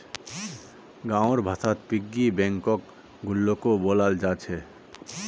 गाँउर भाषात पिग्गी बैंकक गुल्लको बोलाल जा छेक